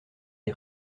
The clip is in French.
des